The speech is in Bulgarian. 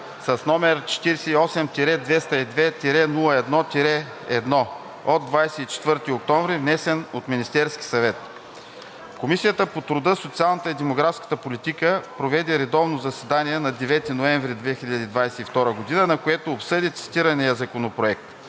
деца, № 48-202-01-1, от 24 октомври 2022 г., внесен от Министерския съвет Комисията по труда, социалната и демографската политика проведе редовно заседание на 9 ноември 2022 г., на което обсъди цитирания законопроект.